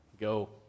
go